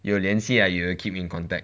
有联系 lah you will keep in contact